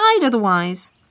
otherwise